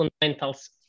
fundamentals